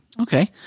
Okay